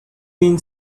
been